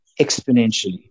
exponentially